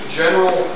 general